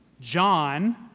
John